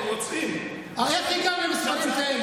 בגלל ההריסות רוצחים?